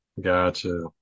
Gotcha